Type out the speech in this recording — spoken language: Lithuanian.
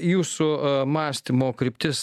jūsų mąstymo kryptis